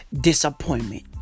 Disappointment